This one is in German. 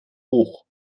hoch